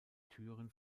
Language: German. türen